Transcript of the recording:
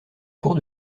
cours